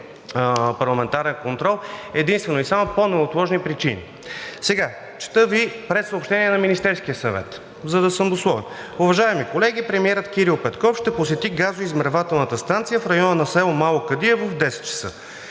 парламентарен контрол единствено и само по неотложни причини. Сега, чета Ви прессъобщение на Министерския съвет, за да съм дословен: „Уважаеми колеги, премиерът Кирил Петков ще посети газоизмервателната станция в района на село Мало Кадиево в 10,00